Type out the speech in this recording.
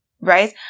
right